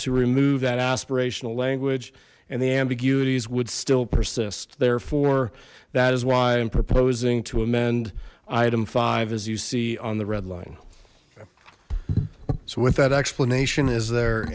to remove that aspirational language and the ambiguities would still persist therefore that is why i'm proposing to amend item five as you see on the red line so with that explanation is there